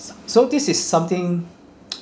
so this is something